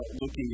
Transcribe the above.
looking